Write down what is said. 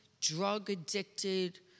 drug-addicted